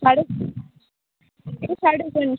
साढै दिक्खो साढ़ै कोई मुश्कल